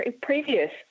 previous